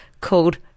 called